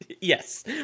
yes